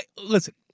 Listen